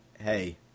Hey